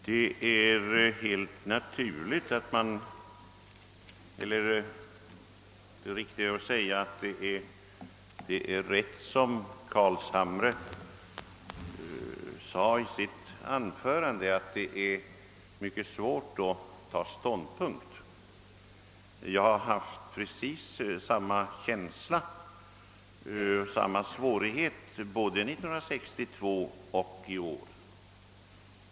Herr talman! Det är rätt som herr Carlshamre säger, nämligen att det är mycket svårt att fatta ståndpunkt i detta ärende. Jag har haft precis samma känsla, samma svårighet både 1962 och i år.